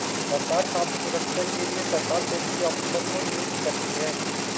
सरकार खाद्य सुरक्षा के लिए सरकार सेफ्टी ऑफिसर को नियुक्त करती है